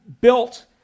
built